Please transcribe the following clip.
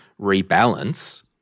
rebalance